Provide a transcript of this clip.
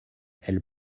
elle